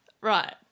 Right